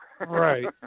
Right